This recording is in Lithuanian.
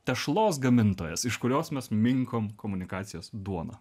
tešlos gamintojas iš kurios mes minkom komunikacijos duoną